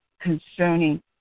concerning